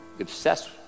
obsessed